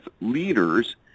leaders